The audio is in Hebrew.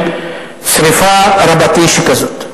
עם שרפה רבתי שכזאת.